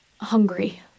hungry